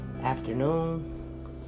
afternoon